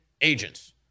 agents